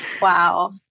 wow